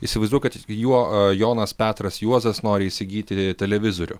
įsivaizduokit kad juo jonas petras juozas nori įsigyti televizorių